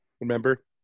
remember